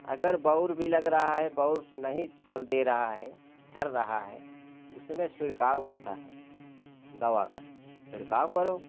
अगर बौर भी लग रहा है बौर नहीं फल दे रहा है झड़ रहा है उसमें छिड़काव आता है दवा का छिड़काव करो